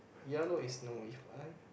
ya lor is no If I